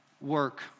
work